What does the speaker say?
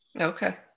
Okay